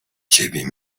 ciebie